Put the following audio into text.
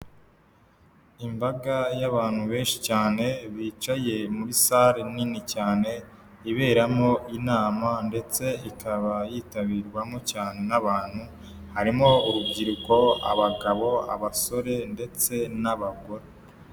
Imbaga y'abantu benshi cyane bicaye muri salle nini cyane iberamo inama ndetse ikaba yitabirwamo cyane nabantu harimo urubyiruko, abagabo, abasore ndetse n'abagore.